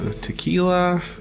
tequila